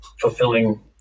fulfilling